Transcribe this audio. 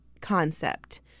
concept